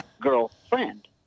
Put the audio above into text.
girlfriend